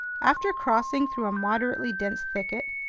after crossing through a moderately dense thicket,